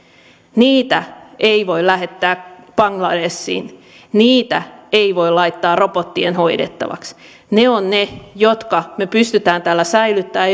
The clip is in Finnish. niitä ei voi lähettää bangladeshiin niitä ei voi laittaa robottien hoidettavaksi ne ovat ne jotka me pystymme täällä säilyttämään